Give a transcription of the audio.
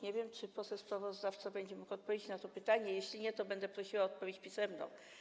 Nie wiem, czy poseł sprawozdawca będzie mógł odpowiedzieć na to pytanie, a jeśli nie, to będę prosiła o odpowiedź pisemną.